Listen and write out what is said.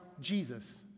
Jesus